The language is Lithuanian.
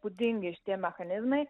būdingi šitie mechanizmai